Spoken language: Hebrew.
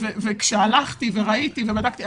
כשהלכתי וראיתי ובדקתי,